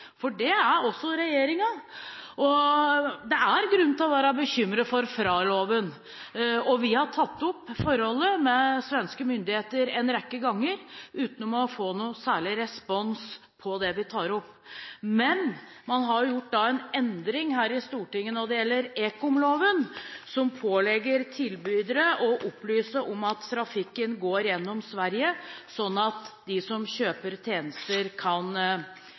for det er også regjeringen. Det er grunn til å være bekymret for FRA-loven. Vi har tatt opp forholdet med svenske myndigheter en rekke ganger, uten å få noen særlig respons på det vi tar opp. Men man har gjort en endring her i Stortinget når det gjelder ekomloven, som pålegger tilbydere å opplyse om at trafikken går gjennom Sverige, sånn at de som kjøper tjenester, kan gjøre informerte valg. Så er det interessant det representanten Bård Hoksrud sier, at man kan